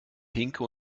pinke